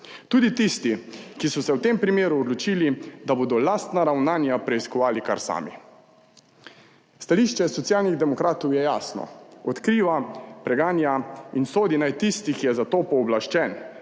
tudi tisti, ki so se v tem primeru odločili, da bodo lastna ravnanja preiskovali kar sami. Stališče Socialnih demokratov je jasno, odkriva, preganja in sodi naj tisti, ki je za to pooblaščen.